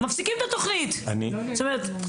כפי שיבגני אומר,